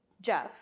Jeff